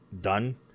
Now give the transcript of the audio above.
done